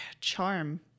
charm